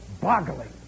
boggling